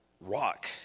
rock